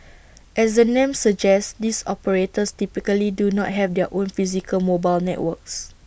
as the name suggests these operators typically do not have their own physical mobile networks